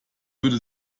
würde